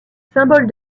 symbole